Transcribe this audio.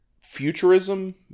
futurism